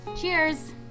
Cheers